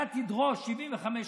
אתה תדרוש 75%,